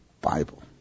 Bible